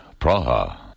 Praha